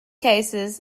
cases